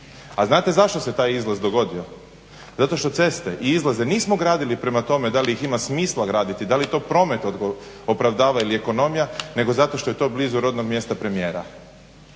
A znate zašto se taj izlaz dogodio? Zato što ceste i izlaze nismo gradili prema tome da li ih ima smisla graditi, da li to promet opravdava ili ekonomija, nego zato što je to blizu rodnog mjesta premijera.